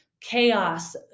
chaos